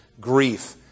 grief